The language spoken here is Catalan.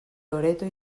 loreto